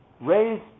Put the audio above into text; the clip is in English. raise